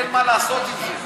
אין מה לעשות אתה.